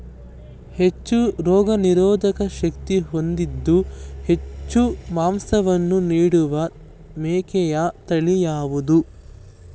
ಹೆಚ್ಚು ರೋಗನಿರೋಧಕ ಶಕ್ತಿ ಹೊಂದಿದ್ದು ಹೆಚ್ಚು ಮಾಂಸವನ್ನು ನೀಡುವ ಮೇಕೆಯ ತಳಿ ಯಾವುದು?